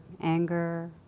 anger